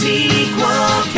Sequel